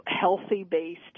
healthy-based